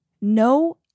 no